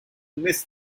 miss